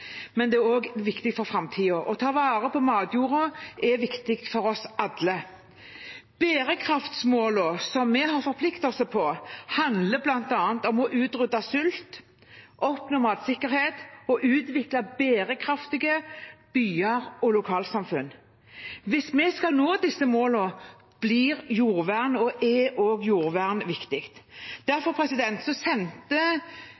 det er også viktig for framtiden. Å ta vare på matjorda er viktig for oss alle. Bærekraftsmålene vi har forpliktet oss til, handler bl.a. om å utrydde sult, oppnå matsikkerhet og utvikle bærekraftige byer og lokalsamfunn. Hvis vi skal nå disse målene, er og blir også jordvern viktig. Derfor sendte jeg som statsråd, sammen med kommunal- og